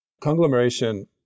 conglomeration